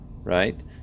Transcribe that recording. Right